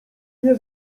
nie